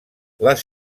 les